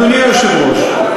אדוני היושב-ראש,